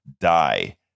die